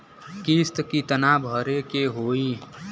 किस्त कितना भरे के होइ?